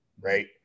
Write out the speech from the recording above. right